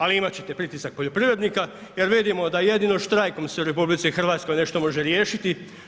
Ali imat ćete pritisak poljoprivrednika jer vidimo da jedino štrajkom se u RH nešto može riješiti.